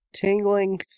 Tingling